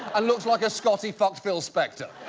and looks like a scotty fucked phil spector.